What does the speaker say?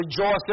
rejoice